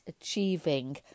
achieving